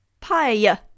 Pie